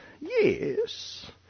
yes